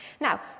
Now